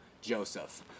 Joseph